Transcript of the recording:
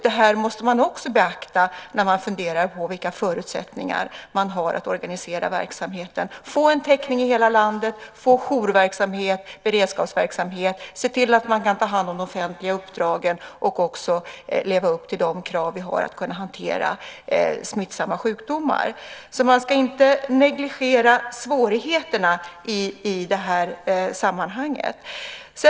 Det här måste också beaktas när man funderar på vilka förutsättningar man har att organisera verksamheten, få en täckning i hela landet, få jour och beredskapsverksamhet, se till att man kan ha de offentliga uppdragen och också leva upp till de krav vi har på att kunna hantera smittsamma sjukdomar. Man ska inte negligera svårigheterna i det här sammanhanget.